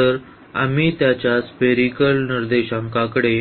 तर आम्ही त्याच्या स्पेरीकल निर्देशांकाकडे